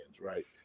Right